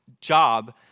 job